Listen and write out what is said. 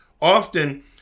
Often